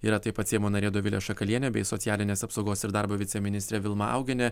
yra taip pat seimo narė dovilė šakalienė bei socialinės apsaugos ir darbo viceministrė vilma augienė